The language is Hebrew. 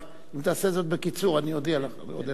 רק אם תעשה את זה בקיצור, אני אודה לך.